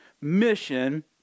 mission